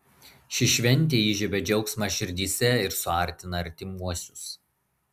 ši šventė įžiebia džiaugsmą širdyse ir suartina artimuosius